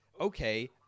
okay